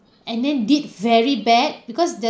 and then did very bad because the